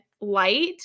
light